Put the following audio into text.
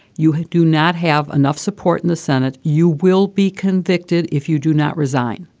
you do not have enough support in the senate. you will be convicted if you do not resign.